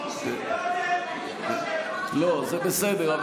ואני שמחה על הרגישות, זה בסדר.